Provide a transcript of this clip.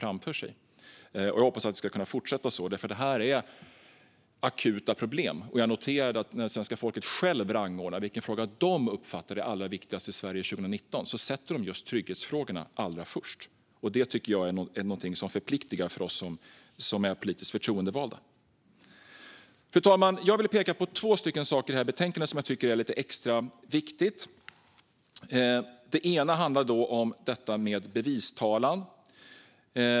Jag hoppas att det fortsätter så, för detta är akuta problem. Jag noterar att när svenska folket självt rangordnar vilken fråga man uppfattar som allra viktigast i Sverige 2019 sätter man trygghetsfrågorna först, och det förpliktar för oss som är politiskt förtroendevalda. Fru talman! Låt mig peka på två frågor i betänkandet som jag tycker är lite extra viktiga. Den ena handlar om bevistalan.